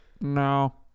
No